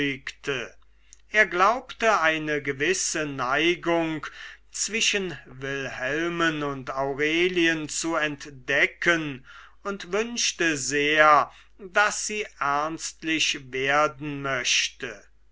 er glaubte eine gewisse neigung zwischen wilhelmen und aurelien zu entdecken und wünschte sehr daß sie ernstlich werden machte